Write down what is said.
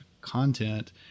content